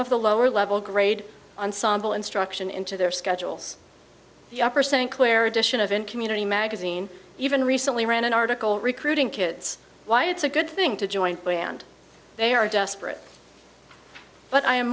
of the lower level grade ensemble instruction into their schedules the upper st clair dition of and community magazine even recently ran an article recruiting kids why it's a good thing to jointly and they are desperate but i am